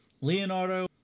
Leonardo